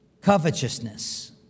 covetousness